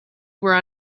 were